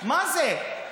מה זה?